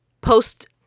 post